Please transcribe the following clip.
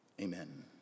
Amen